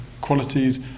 qualities